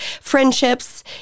friendships